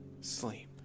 sleep